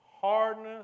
hardness